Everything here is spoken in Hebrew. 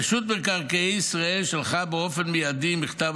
רשות מקרקעי ישראל שלחה באופן מיידי מכתב